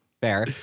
fair